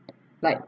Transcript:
like